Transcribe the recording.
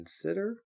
consider